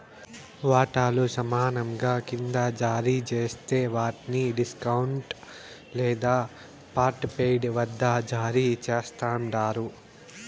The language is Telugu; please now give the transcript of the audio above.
వాటాలు సమానంగా కింద జారీ జేస్తే వాట్ని డిస్కౌంట్ లేదా పార్ట్పెయిడ్ వద్ద జారీ చేస్తండారు